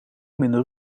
minder